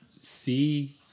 see